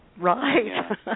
Right